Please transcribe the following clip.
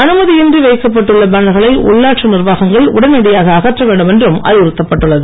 அனுமதியின்றி வைக்கப்பட்டு உள்ள பேனர்களை உள்ளாட்சி நிர்வாகங்கள் உடனடியாக அகற்ற வேண்டும் என்றும் அறிவுறுத்தப்பட்டு உள்ளது